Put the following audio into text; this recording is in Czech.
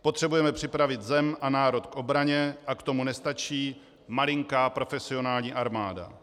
Potřebujeme připravit zem a národ k obraně a k tomu nestačí malinká profesionální armáda.